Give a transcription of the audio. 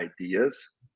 ideas